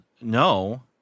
no